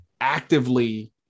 actively